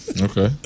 Okay